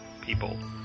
people